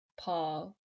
paul